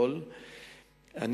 ואלכוהול אלינו.